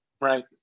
Right